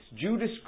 Judas